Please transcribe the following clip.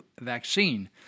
vaccine